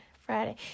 Friday